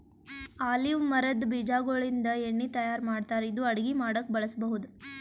olive ಮರದ್ ಬೀಜಾಗೋಳಿಂದ ಎಣ್ಣಿ ತಯಾರ್ ಮಾಡ್ತಾರ್ ಇದು ಅಡಗಿ ಮಾಡಕ್ಕ್ ಬಳಸ್ಬಹುದ್